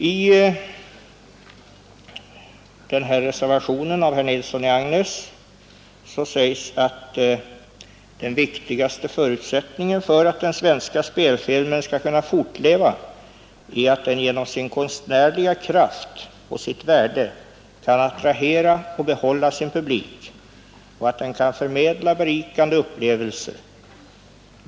I reservationen av herr Nilsson i Agnäs heter det: ”Den viktigaste förutsättningen för att den svenska spelfilmen skall kunna fortleva är att den genom sin konstnärliga kraft och sitt värde kan attrahera och behålla sin publik och att den kan förmedla berikande upplevelser.